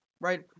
right